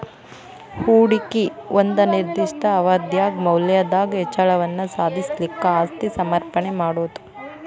ಹೂಡಿಕಿ ಒಂದ ನಿರ್ದಿಷ್ಟ ಅವಧ್ಯಾಗ್ ಮೌಲ್ಯದಾಗ್ ಹೆಚ್ಚಳವನ್ನ ಸಾಧಿಸ್ಲಿಕ್ಕೆ ಆಸ್ತಿ ಸಮರ್ಪಣೆ ಮಾಡೊದು